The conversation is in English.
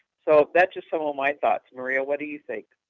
so, that's just some of my thoughts. maria, what do you think?